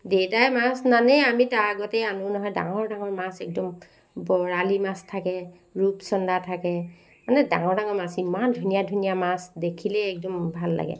দেউতাই মাছ নানেই আমি তাৰ আগতেই আনো নহয় ডাঙৰ ডাঙৰ মাছ একদম বৰালি মাছ থাকে ৰূপচন্দা থাকে মানে ডাঙৰ ডাঙৰ মাছ ইমান ধুনীয়া ধুনীয়া মাছ দেখিলেই একদম ভাল লাগে